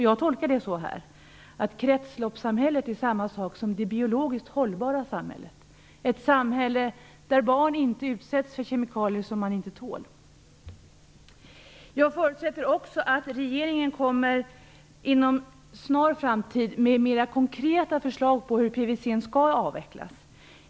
Jag tolkar det utskottet säger här på det viset, dvs. att det kretsloppssamhälle utskottet talar om är samma sak som det biologiskt hållbara samhället, ett samhälle där barn inte utsätts för kemikalier som de inte tål. Jag förutsätter också att regeringen inom en snar framtid kommer att lägga fram mer konkreta förslag på hur PVC:n skall avvecklas.